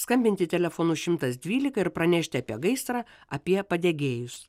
skambinti telefonu šimtas dvylika ir pranešti apie gaisrą apie padegėjus